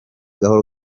gahoro